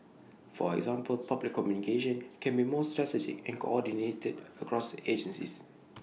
for example public communication can be more strategic and coordinated across agencies